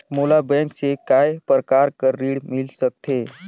मोला बैंक से काय प्रकार कर ऋण मिल सकथे?